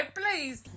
please